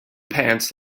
pants